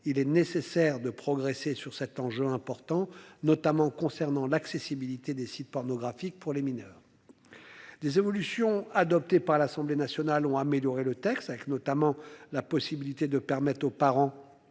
il est nécessaire de progresser sur cet enjeu important, notamment concernant l'accessibilité des sites pornographiques pour les mineurs. Des évolutions adopté par l'Assemblée nationale ont amélioré le texte avec notamment la possibilité de permettre aux parents.